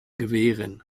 gewähren